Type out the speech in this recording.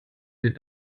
den